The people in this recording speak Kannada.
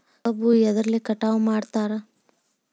ಕಬ್ಬು ಎದ್ರಲೆ ಕಟಾವು ಮಾಡ್ತಾರ್?